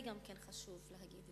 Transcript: גם את זה חשוב להגיד.